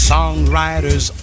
Songwriters